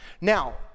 Now